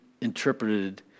interpreted